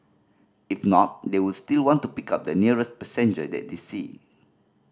if not they will still want to pick up the nearest passenger that they see